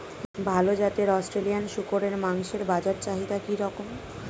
ভাল জাতের অস্ট্রেলিয়ান শূকরের মাংসের বাজার চাহিদা কি রকম?